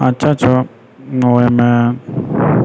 अच्छा छौ ओइमे